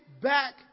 back